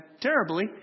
terribly